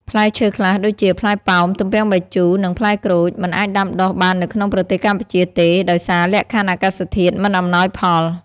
ផ្លែឈើខ្លះដូចជា ផ្លែប៉ោម ទំពាំងបាយជូរ និង ផ្លែក្រូច មិនអាចដាំដុះបាននៅក្នុងប្រទេសកម្ពុជាទេ ដោយសារលក្ខខណ្ឌអាកាសធាតុមិនអំណោយផល។